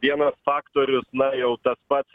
vienas faktorius na jau tas pats